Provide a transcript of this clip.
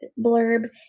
blurb